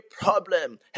problem